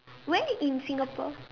where in Singapore